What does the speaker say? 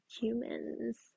humans